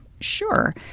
sure